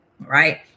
right